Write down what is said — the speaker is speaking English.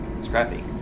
scrappy